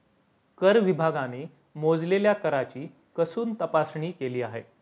कर विभागाने मोजलेल्या कराची कसून तपासणी केली आहे